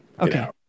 Okay